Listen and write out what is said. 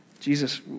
Jesus